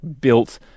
built